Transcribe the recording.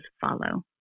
follow